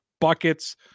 buckets